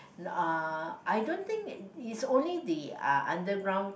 uh I don't think is only the uh underground